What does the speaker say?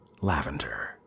lavender